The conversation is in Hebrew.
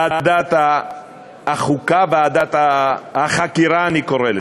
ועדת החקירה, אני קורא לזה,